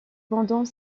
pendant